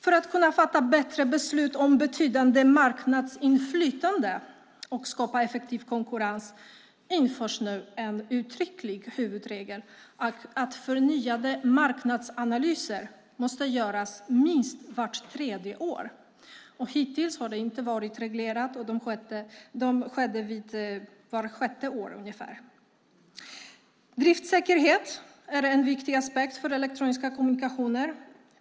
För att kunna fatta bättre beslut om betydande marknadsinflytande och skapa en effektiv konkurrens införs nu en uttrycklig huvudregel om att förnyade marknadsanalyser måste göras minst vart tredje år. Hittills har det inte varit reglerat, och de har skett ungefär vart sjätte år. Driftsäkerhet är en viktig aspekt för elektroniska kommunikationer.